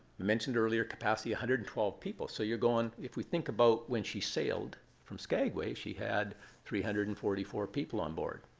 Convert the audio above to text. mentioned earlier capacity one hundred and twelve people. so you're going if we think about when she sailed from skagway, she had three hundred and forty four people on board.